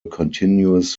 continuous